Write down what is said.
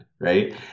right